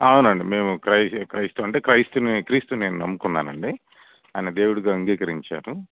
అవునండి మేము క్రీస్తుని నేను నమ్ముకున్నానండి ఆయన దేవుడుగా అంగీకరించాను